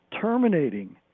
terminating